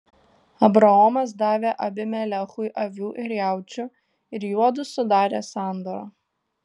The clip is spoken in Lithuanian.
abraomas davė abimelechui avių ir jaučių ir juodu sudarė sandorą